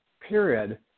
period